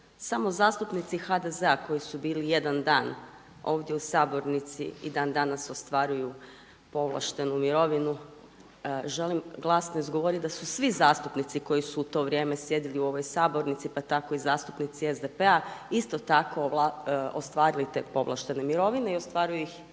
samo zastupnici HDZ-a koji su bili jedan dan ovdje u sabornici i dandanas ostvaruju povlaštenu mirovinu. Želim glasno izgovoriti da su svi zastupnici koji su u to vrijeme sjedili u ovoj sabornici pa tako i zastupnici SDP-a isto tako ostvarili te povlaštene mirovine i ostvaruju ih